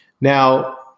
Now